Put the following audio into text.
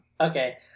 okay